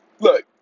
look